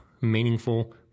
meaningful